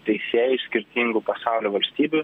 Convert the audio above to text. teisėjai iš skirtingų pasaulio valstybių